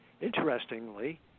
Interestingly